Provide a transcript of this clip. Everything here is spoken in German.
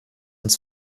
uns